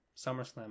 SummerSlam